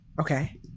Okay